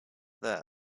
that